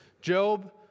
Job